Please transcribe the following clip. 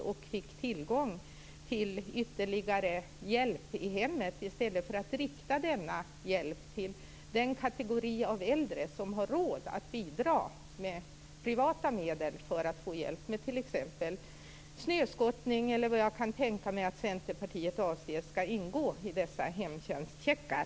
Då skulle man ge alla tillgång till ytterligare hjälp i hemmet i stället för att rikta hjälpen till den kategori av äldre som har råd att bidra med privata medel för att få hjälp med t.ex. snöskottning eller annat som jag kan tänka mig att Centerpartiet avser skall ingå i dessa hemtjänstcheckar.